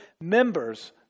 members